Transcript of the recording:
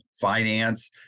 finance